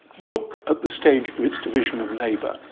look at the stage of its division of labor.